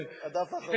זה הדף האחרון,